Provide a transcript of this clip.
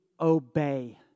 obey